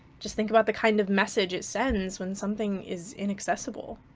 just think about the kind of message it sends when something is inaccessible,